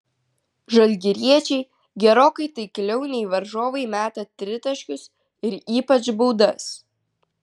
žalgiriečiai gerokai taikliau nei varžovai meta tritaškius ir ypač baudas